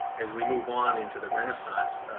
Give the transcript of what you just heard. as we move on into the renaissance,